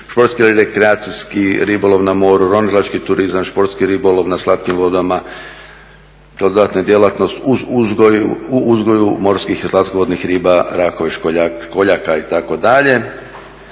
športski rekreacijski ribolov na moru, ronilački turizam, športski ribolov na slatkim vodama, … djelatnost u uzgoju morskih i slatkovodnih riba, rakova, školjaka, itd.,